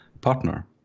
partner